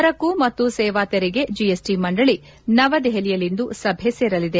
ಸರಕು ಮತ್ತು ಸೇವಾ ತೆರಿಗೆ ಜಿಎಸ್ಟಿ ಮಂಡಳಿ ನವದೆಹಲಿಯಲ್ಲಿಂದು ಸಭೆ ಸೇರಲಿದೆ